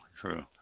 true